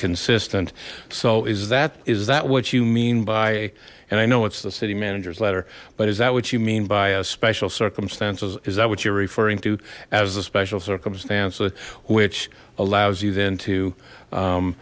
consistent so is that is that what you mean by and i know it's the city manager's letter but is that what you mean by a special circumstances is that what you're referring to as a special circumstance which allows you then to